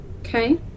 Okay